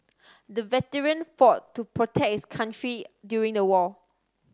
the veteran fought to protect his country during the war